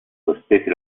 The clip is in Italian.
sospese